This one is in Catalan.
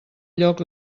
lloc